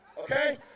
okay